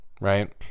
Right